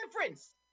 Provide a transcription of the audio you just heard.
difference